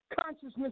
Consciousness